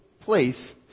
place